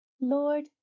Lord